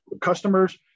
customers